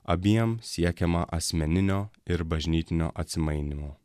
abiem siekiama asmeninio ir bažnytinio atsimainymo